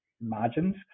margins